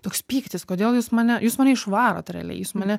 toks pyktis kodėl jūs mane jūs mane išvarot realiai jūs mane